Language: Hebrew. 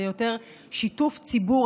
זה יותר שיתוף ציבור,